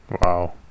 Wow